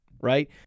right